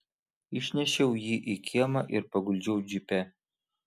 išnešiau jį į kiemą ir paguldžiau džipe